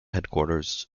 headquarters